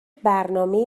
برنامه